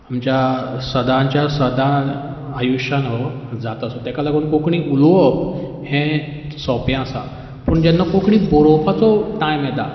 आमच्या सदांच्या सदां आयुश्यांन हो जाता सो तेका लागून कोंकणी उलोवप हें सोंपें आसा पूण जेन्ना कोंकणी बरोवपाचो टायम येता